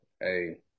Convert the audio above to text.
Hey